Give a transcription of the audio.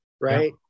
Right